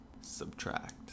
subtract